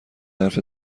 حرف